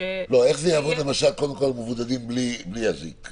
--- איך זה יעבוד קודם כול אצל מבודדים בלי צמיד?